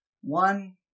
one